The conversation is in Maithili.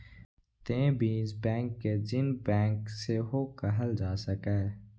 तें बीज बैंक कें जीन बैंक सेहो कहल जा सकैए